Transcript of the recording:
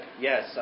Yes